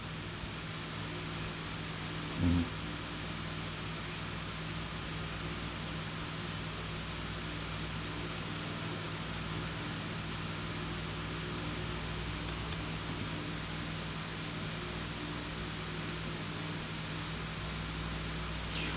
mm